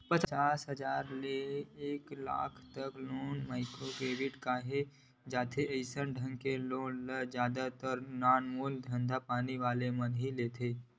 पचास हजार ले एक लाख तक लोन ल माइक्रो क्रेडिट केहे जाथे अइसन ढंग के लोन ल जादा तर नानमून धंधापानी वाले मन ह ही लेथे